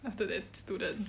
after that student